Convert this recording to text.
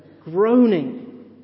groaning